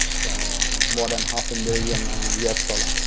so more than half a million u s. dollar,